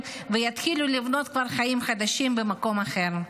והתחילו כבר לבנות חיים חדשים במקום אחר?